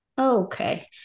Okay